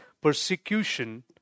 persecution